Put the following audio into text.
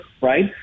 right